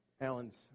Alan's